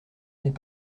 n’est